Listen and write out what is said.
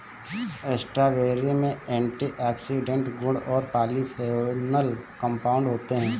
strawberry में antioxidant गुण और पॉलीफेनोल कंपाउंड होते हैं